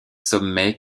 sommets